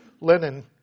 linen